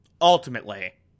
ultimately